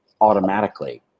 automatically